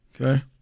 Okay